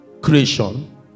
creation